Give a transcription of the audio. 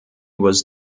was